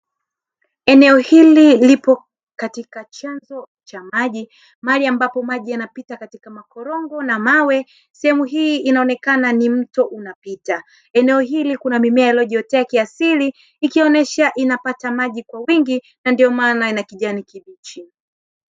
Eneo hili lipo katika chanzo cha maji, mahali ambapo maji yanapita katika makorongo na mawe. Sehemu hii inaonekana ni mto unapita. Eneo hili kuna mimea iliyojiotea kiasili, ikionyesha inapata maji kwa wingi na ndio maana ina kijani kibichi.